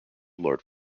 lord